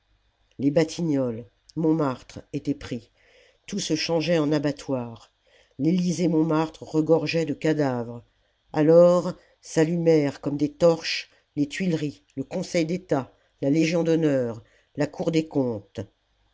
les batignolles montmartre étaient pris tout se changeait en abattoir l'elysée montmartre regorgeait de cadavres alors s'allumèrent comme des torches les tuileries le conseil d'etat la légion d'honneur la cour des comptes